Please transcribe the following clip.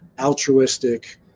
altruistic